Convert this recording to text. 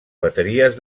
bateries